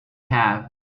have